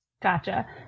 Gotcha